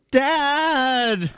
dad